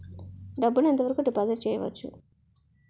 డబ్బు ను ఎంత వరకు డిపాజిట్ చేయవచ్చు?